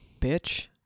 bitch